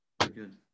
Good